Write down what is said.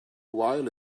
while